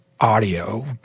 audio